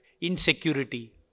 insecurity